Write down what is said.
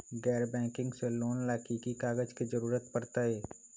गैर बैंकिंग से लोन ला की की कागज के जरूरत पड़तै?